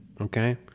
okay